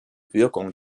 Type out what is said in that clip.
wirkung